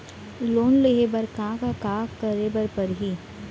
Loan लेहे बर का का का करे बर परहि?